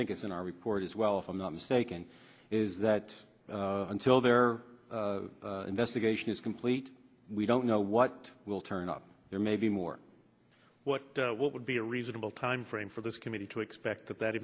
think it's in our report as well if i'm not mistaken is that until their investigation is complete we don't know what will turn up there may be more what what would be a reasonable timeframe for this committee to expect that that